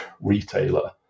retailer